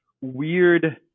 weird